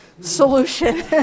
solution